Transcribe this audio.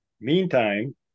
Meantime